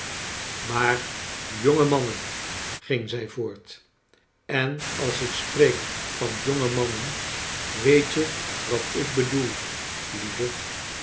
maar jonge mannen ging zij voort en als ik spreek van jonge mannen weet je wat ik bedoel lieve